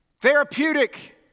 Therapeutic